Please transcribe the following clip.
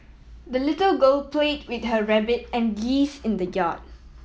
the little girl played with her rabbit and geese in the yard